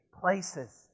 places